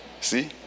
See